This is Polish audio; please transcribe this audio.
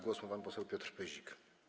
Głos ma pan poseł Piotr Pyzik.